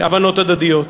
הבנות הדדיות.